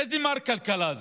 איזה מר כלכלה זה?